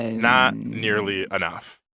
not nearly enough.